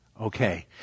Okay